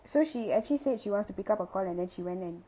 so she actually said she wants to pick up a call and then she went and